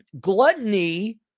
gluttony